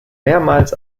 mehrmals